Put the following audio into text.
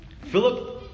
Philip